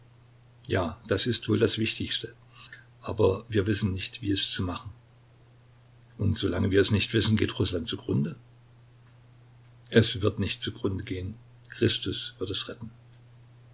ja das ist wohl das wichtigste aber wir wissen nicht wie es zu machen und solange wir es nicht wissen geht rußland zugrunde es wird nicht zugrunde gehen christus wird es retten